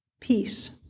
Peace